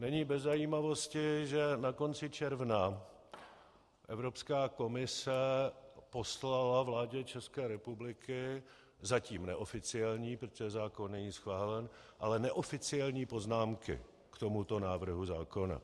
Není bez zajímavosti, že na konci června Evropská komise poslala vládě České republiky zatím neoficiální protože zákon není schválen ale neoficiální poznámky k tomuto návrhu zákona.